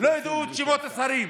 לא ידעו את שמות השרים.